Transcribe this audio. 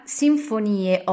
sinfonie